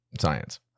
Science